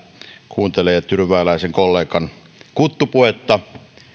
kuuntelee tyrvääläisen kollegan kuttupuhetta